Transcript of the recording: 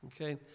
okay